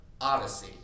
Odyssey